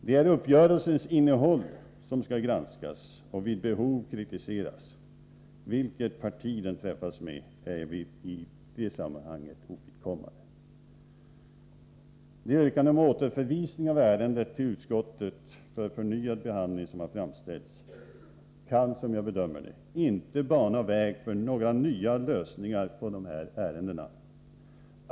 Det är en uppgörelses innehåll som skall granskas och vid behov kritiseras. Vilket parti den träffas med är i det sammanhanget ovidkommande. Det yrkande om återförvisning av ärendet till utskottet för förnyad behandling som framställts kan, som jag bedömer det, inte bana väg för några nya lösningar vad gäller dessa ärenden.